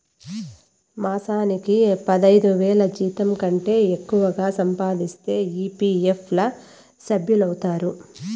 మాసానికి పదైదువేల జీతంకంటే ఎక్కువగా సంపాదిస్తే ఈ.పీ.ఎఫ్ ల సభ్యులౌతారు